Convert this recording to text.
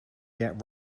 yet